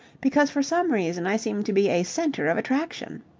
because for some reason i seem to be a centre of attraction.